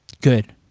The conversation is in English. good